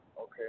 Okay